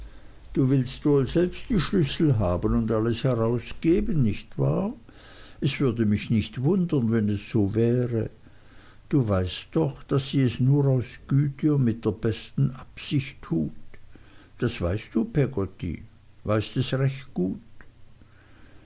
du willst wohl selbst die schlüssel haben und alles herausgeben nicht wahr es würde mich nicht wundern wenn es so wäre du weißt doch daß sie es nur aus güte und mit der besten absicht tut das weißt du peggotty weißt es recht gut